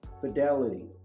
Fidelity